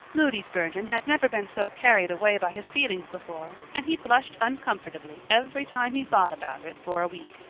moody spurgeon had never been so carried away by his feelings before, and he blushed uncomfortably every time he thought about it for a week.